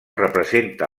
representa